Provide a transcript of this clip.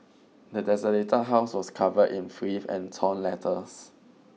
the desolated house was covered in filth and torn letters